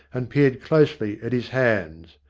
and peered closely at his hands.